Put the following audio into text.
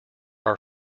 are